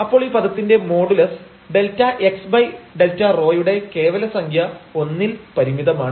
അപ്പോൾ ഈ പദത്തിന്റെ മോഡുലസ് ΔxΔρ യുടെ കേവല സംഖ്യ 1 ൽ പരിമിതമാണ്